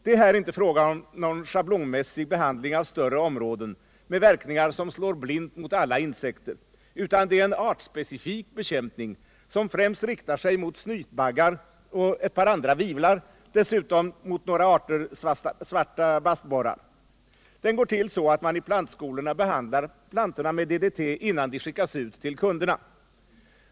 Det är här inte fråga om någon schablonmässig behandling av större områden med verkningar som slår blint mot alla insekter, utan det är en artspecifik bekämpning, som främst riktar sig mot snytbaggar och ett par andra vivlar, dessutom mot några arter svarta bastborrar. Den går till så att man i plantskolorna behandlar plantorna med DDT, innan de skickas ut till kunderna.